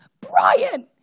Brian